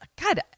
God